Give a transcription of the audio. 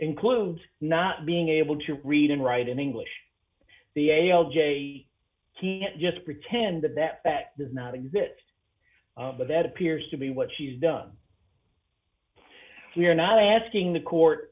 includes not being able to read and write in english the a l j just pretend that fact does not exist but that appears to be what she's done we are not asking the court